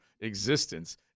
existence